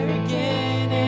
again